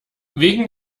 wegen